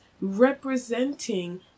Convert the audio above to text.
representing